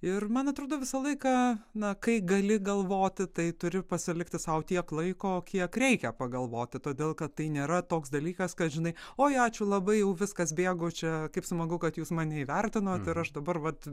ir man atrodo visą laiką na kai gali galvoti tai turi pasilikti sau tiek laiko kiek reikia pagalvoti todėl kad tai nėra toks dalykas kad žinai oi ačiū labai jau viskas bėgu čia kaip smagu kad jūs mane neįvertinot ir aš dabar vat